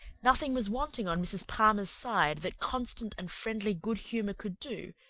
nothing was wanting on mrs. palmer's side that constant and friendly good humour could do,